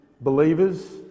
believers